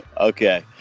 Okay